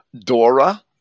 Dora